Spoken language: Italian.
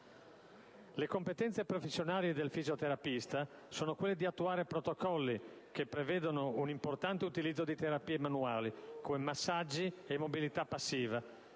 Le competenze professionali del fisioterapista sono quelle di attuare protocolli che prevedono un importante utilizzo di terapie manuali, come massaggi e mobilità passiva;